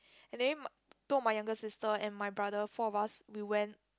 and then two of my younger sister and my brother four of us we went